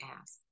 ask